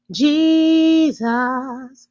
jesus